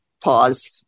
pause